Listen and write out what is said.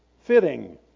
fitting